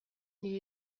nire